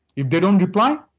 if they don't reply.